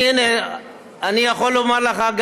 אני יכול לומר גם לך,